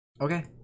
Okay